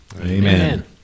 Amen